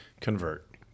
convert